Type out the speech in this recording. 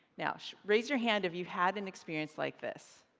now so raise your hand, if you've had an experience like this?